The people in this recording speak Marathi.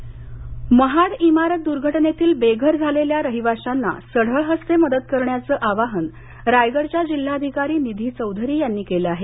रायगड महाड इमारत दूर्घटनेतील बेघर झालेल्या रहिवाशयांना सढळ हस्ते मदत करण्याचं आवाहन रायगडच्या जिल्हाधिकारी निधी चौधरी यांनी केलं आहे